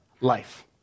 life